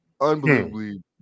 unbelievably